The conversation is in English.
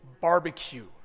barbecue